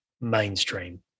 mainstream